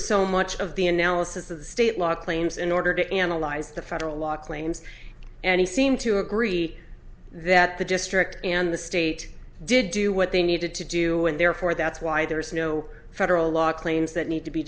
so much of the analysis of the state law claims in order to analyze the federal law claims and he seemed to agree that the district and the state did do what they needed to do and therefore that's why there is no federal law claims that need to be